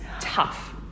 tough